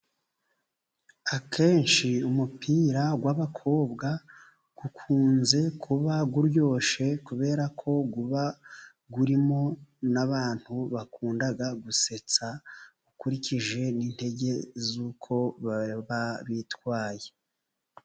Akenshi umupira w'abakobwa ukunze kuba uryoshye, kubera ko uba ubamo n'abantu bakunda gusetsa, ukurikije n'intege z'uko baba bitwaye.